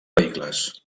vehicles